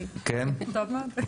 כן, וטוב מאוד.